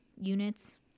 units